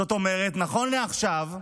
זאת אומרת, נכון לעכשיו,